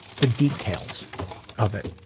the details of it,